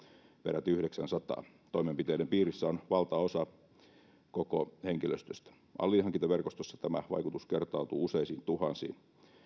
peräti yhdeksännensadannen toimenpiteiden piirissä on valtaosa koko henkilöstöstä alihankintaverkostossa tämä vaikutus kertautuu useisiin tuhansiin